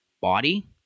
body